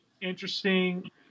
interesting